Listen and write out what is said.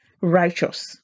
righteous